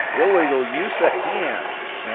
illegal use of hands.